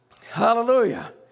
Hallelujah